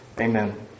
amen